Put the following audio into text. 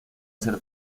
ser